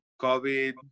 COVID